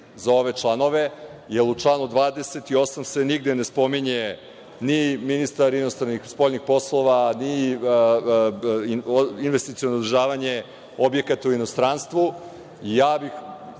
za ove članove, jer u članu 28. se nigde ne spominje ni ministar spoljnih poslova, ni investiciono održavanje objekata u inostranstvu. Mogu